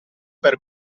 per